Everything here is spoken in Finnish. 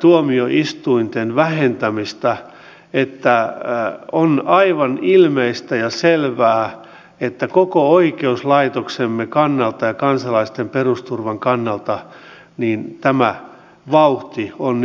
tuolla euroopan ulkorajoilla tapahtuu ja mikä realisoituu tänä päivänä sitten suomen kunnissa eli siellä on kyseessä hallitsematon maahantulo mutta suomessa tämä tilanne on otettu paremmin haltuun